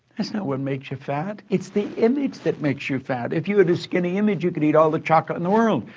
that's not what makes you fat. it's the image that makes you fat. if you had a skinny image, you could eat all the chocolate in the world.